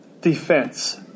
defense